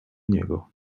niego